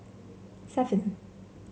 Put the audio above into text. seven